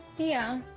yeah.